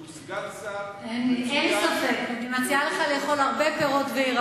שהוא סגן שר מצוין, יושב כאן ויעביר